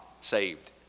saved